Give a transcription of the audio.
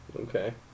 Okay